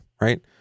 right